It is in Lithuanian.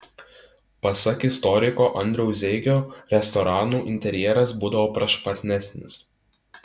pasak istoriko andriaus zeigio restoranų interjeras būdavo prašmatnesnis